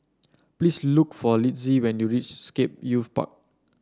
please look for Litzy when you reach Scape Youth Park